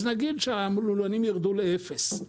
אז נגיד שהלולנים יירדו לאפס,